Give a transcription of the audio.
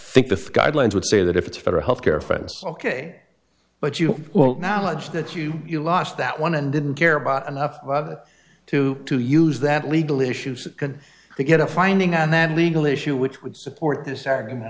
think the guidelines would say that if it's for health care friends ok but you won't knowledge that you you lost that one and didn't care about enough to to use that legal issues can we get a finding on that legal issue which would support this a